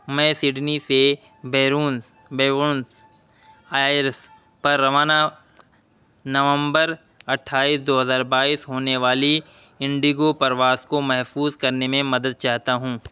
میں سڈنی سے Buenos Buenos Aires پر روانہ نومبر اٹھائیس دو ہزار بائیس ہونے والی انڈگو پرواز کو محفوظ کرنے میں مدد چاہتا ہوں